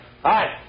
Hi